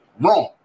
Wrong